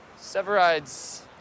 Severide's